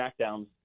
smackdowns